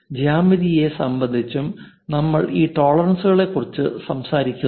ജ്യാമിതിയെ സംബന്ധിച്ചും നമ്മൾ ഈ ടോളറൻസുകളെക്കുറിച്ച് സംസാരിക്കുന്നു